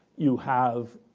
you have